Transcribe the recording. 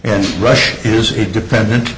and rush is a dependent